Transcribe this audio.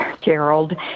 Gerald